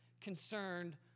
concerned